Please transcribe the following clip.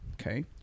Okay